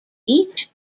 each